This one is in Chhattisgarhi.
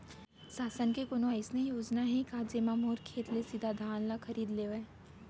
शासन के कोनो अइसे योजना हे का, जेमा मोर खेत ले सीधा धान खरीद लेवय?